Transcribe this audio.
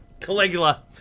Caligula